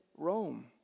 Rome